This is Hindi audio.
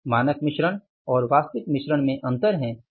मानक मिश्रण और वास्तविक मिश्रण में अंतर है